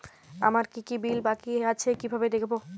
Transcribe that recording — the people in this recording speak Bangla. আমার কি কি বিল বাকী আছে কিভাবে দেখবো?